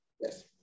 Yes